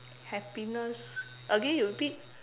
happiness again you repeat